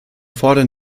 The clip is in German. fordern